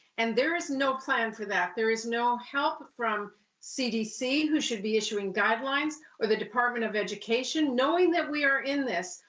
and there is no plan for that. there is no help from cdc, who should be issuing guidelines, or the department of education. knowing that we are in this,